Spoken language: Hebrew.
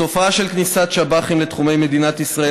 התופעה של כניסת שב"חים לתחומי מדינת ישראל